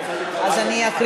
כן.